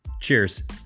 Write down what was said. Cheers